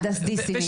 הדס דיסין,